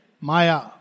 Maya